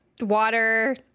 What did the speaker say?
Water